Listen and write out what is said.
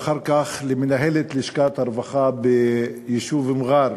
ואחר כך למנהלת לשכת הרווחה ביישוב מע'אר,